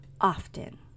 often